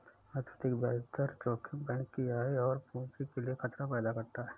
अत्यधिक ब्याज दर जोखिम बैंक की आय और पूंजी के लिए खतरा पैदा करता है